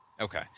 Okay